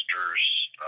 masters